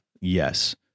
Yes